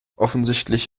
offensichtlich